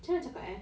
camne nak cakap eh